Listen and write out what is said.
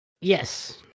Yes